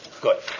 Good